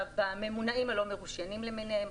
בממונעים הלא מרושיינים למיניהם,